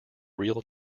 real